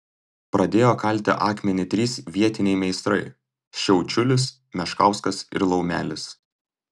pradėjo kalti akmenį trys vietiniai meistrai šiaučiulis meškauskas ir laumelis